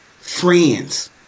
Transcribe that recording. friends